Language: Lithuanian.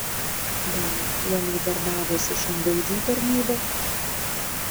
gal uoliai darbavosi šungaudžių tarnyba